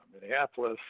Minneapolis